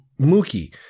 Mookie